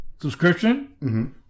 subscription